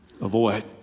Avoid